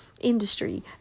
industry